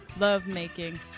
love-making